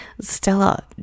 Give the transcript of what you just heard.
Stella